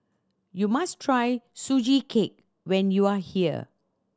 you must try Sugee Cake when you are here